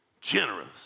generous